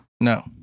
No